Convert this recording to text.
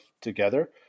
together